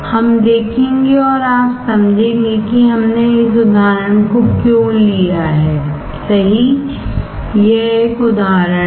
हम देखेंगे और आप समझेंगे कि हमने इस उदाहरण को क्यों लिया हैसही यह एक उदाहरण है